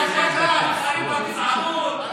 שיש לכם מתחרים בגזענות?